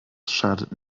schadet